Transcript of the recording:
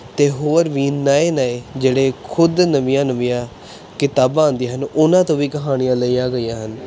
ਅਤੇ ਹੋਰ ਵੀ ਨਵੇਂ ਨਵੇਂ ਜਿਹੜੇ ਖੁਦ ਨਵੀਆਂ ਨਵੀਆਂ ਕਿਤਾਬਾਂ ਆਉਂਆਂ ਹਨ ਉਹਨਾਂ ਤੋਂ ਵੀ ਕਹਾਣੀਆਂ ਲਈਆਂ ਗਈਆਂ ਹਨ